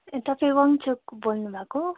ए तपाईँ वाङछुक बोल्नु भएको